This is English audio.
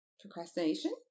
procrastination